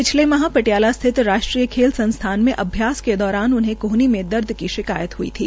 पिछले माह पटियाला स्थित राष्ट्रीय खेल संस्थान में अभ्यास के दौरान उन्हें कोहनी में दर्द की शिकायत हुई थी